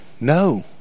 no